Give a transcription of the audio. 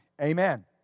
Amen